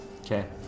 Okay